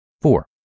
Four